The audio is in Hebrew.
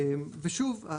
ושוב,